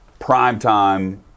primetime